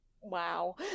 wow